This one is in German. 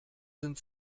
sind